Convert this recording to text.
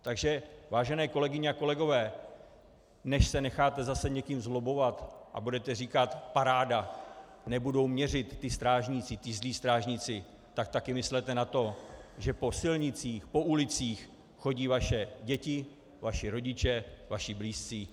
Takže vážené kolegyně a kolegové, než se necháte zase někým zlobbovat a budete říkat paráda, nebudou měřit, ti zlí strážníci, tak taky myslete na to, že po silnicích, po ulicích chodí vaše děti, vaši rodiče, vaši blízcí.